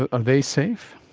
are they safe?